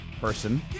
person